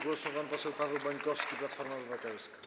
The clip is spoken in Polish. Głos ma pan poseł Paweł Bańkowski, Platforma Obywatelska.